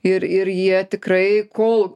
ir ir jie tikrai kol